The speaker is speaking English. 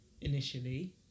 initially